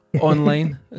online